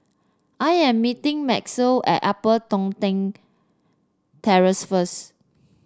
I am meeting Maxie at Upper Toh Tuck Terrace first